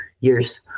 years